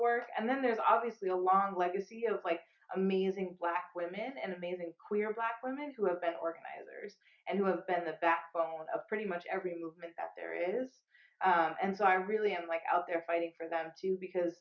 work and then there's obviously a long legacy of like amazing black women and amazing career black women who have been organizers and who have been the backbone of pretty much every movement that there is and so i really am like out there fighting for them too because